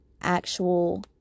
actual